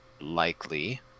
likely